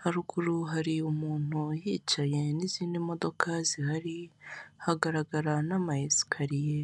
haruguru hari umuntu uhicaye n'izindi modoka zihari hagaragara n'ama esekariye.